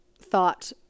thought